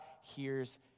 hears